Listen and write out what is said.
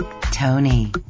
Tony